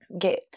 get